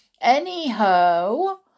Anyhow